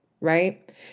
right